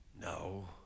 no